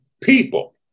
people